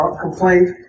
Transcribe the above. complaint